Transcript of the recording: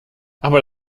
aber